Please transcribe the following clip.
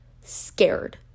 scared